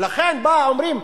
ולכן באים ואומרים: